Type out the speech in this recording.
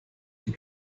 die